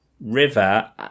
River